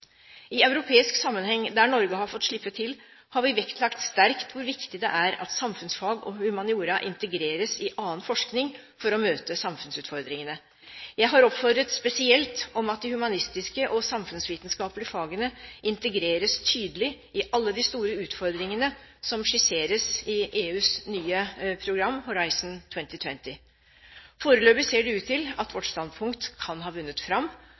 I europeisk sammenheng der Norge har fått slippe til, har vi vektlagt sterkt hvor viktig det er at samfunnsfag og humaniora integreres i annen forskning for å møte samfunnsutfordringene. Jeg har oppfordret spesielt om at de humanistiske og samfunnsvitenskapelige fagene integreres tydelig i alle de store utfordringene som skisseres i EUs nye program Horizon 2020. Foreløpig ser det ut til at vårt standpunkt kan ha vunnet fram,